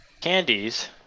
candies